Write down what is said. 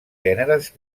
gèneres